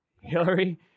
Hillary